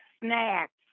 snacks